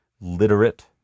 literate